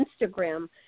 Instagram